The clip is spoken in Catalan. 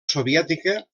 soviètica